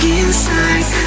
inside